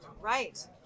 Right